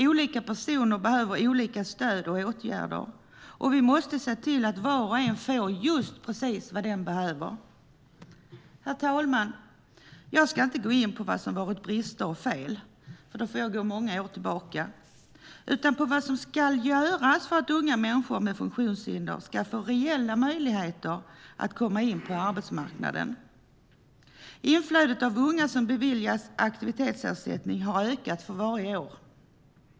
Olika personer behöver olika stöd och åtgärder, och vi måste se till att var och en får just precis vad den behöver. Herr talman! Jag ska inte gå in på vad som har varit brister och fel, för då får jag gå många år tillbaka. Jag ska i stället gå in på vad som ska göras för att unga människor med funktionshinder ska få reella möjligheter att komma in på arbetsmarknaden. Inflödet av unga som har beviljats aktivitetsersättning har ökat för varje år.